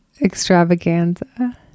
extravaganza